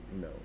no